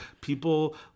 people